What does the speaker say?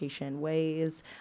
ways